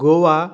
Goa